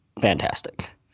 fantastic